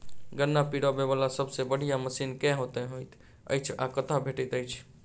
गन्ना पिरोबै वला सबसँ बढ़िया मशीन केँ होइत अछि आ कतह भेटति अछि?